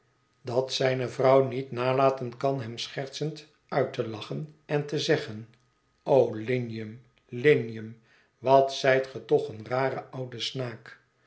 dat zijne vrouw niet nalaten kan hem schertsend uit te lachen en te zeggen o lignum lignum wat zijt ge toch een rare oude snaak